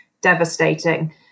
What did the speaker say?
devastating